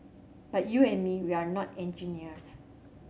but you and me we're not engineers